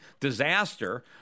disaster